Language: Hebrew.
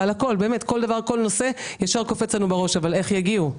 כל נושא ישר קופץ לנו בראש: אבל איך יגיעו?